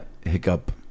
hiccup